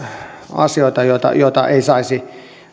asioita joita ei saisi